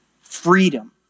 freedom